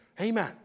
Amen